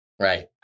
right